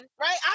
right